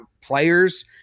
players